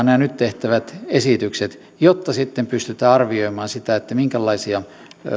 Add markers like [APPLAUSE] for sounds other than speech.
[UNINTELLIGIBLE] nämä nyt tehtävät esitykset saavat ja mitä ne käytännössä tarkoittavat jotta sitten pystytään arvioimaan minkälaisia